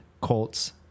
Colts